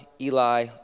eli